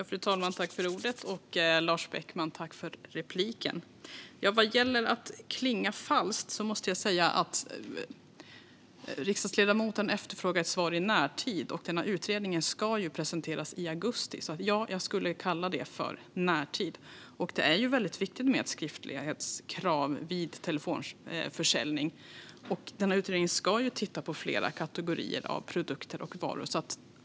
Fru talman! Tack för repliken, Lars Beckman! Vad gäller att klinga falskt - riksdagsledamoten efterfrågar ett svar i närtid, och utredningen ska presenteras i augusti. Så ja, jag skulle kalla det för "närtid". Det är väldigt viktigt med ett skriftlighetskrav vid telefonförsäljning. Utredningen ska titta på flera kategorier av produkter och varor.